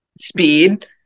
speed